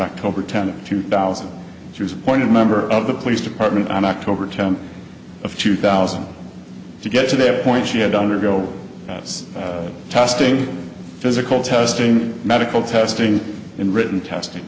october tenth two thousand she was appointed member of the police department on october tenth of two thousand to get to that point she had undergo testing physical testing medical testing and written testing